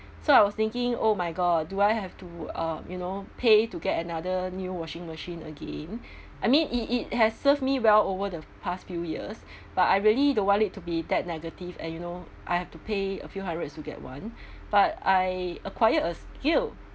so I was thinking oh my god do I have to uh you know pay to get another new washing machine again I mean it it has served me well over the past few years but I really don't want it to be that negative and you know I have to pay a few hundreds you get one but I acquired a skill